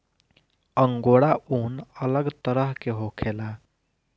angora ऊन अलग तरह के होखेला